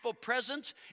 presence